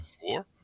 four